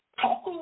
Talk